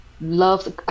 loves